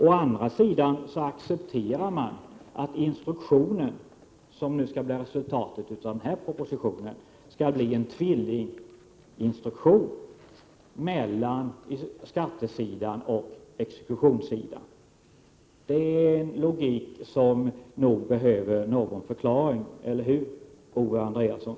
Å andra sidan accepterar man att den instruktion som skall bli resultatet av denna proposition skall bli en tvillinginstruktion mellan skattesidan och exekutionssidan. Det är en logik som nog behöver någon förklaring — eller hur, Owe Andréasson?